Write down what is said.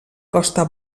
costa